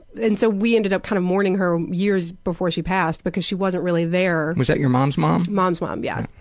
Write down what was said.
and so we ended up kind of mourning years before she passed because she wasn't really there. was that your mom's mom? mom's mom, yeah.